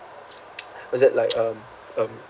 what's it like um um